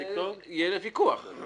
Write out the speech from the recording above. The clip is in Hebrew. בסדר, אין לי בעיה לכתוב.